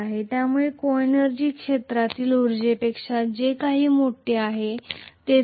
त्यामुळे सहऊर्जा को एनर्जीहे क्षेत्रातील उर्जेपेक्षा जे काही मोठे आहे तेच होते